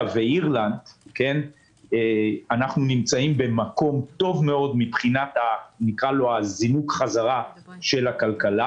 ואירלנד אנחנו נמצאים במקום טוב מאוד מבחינת הזינוק חזרה של הכלכלה.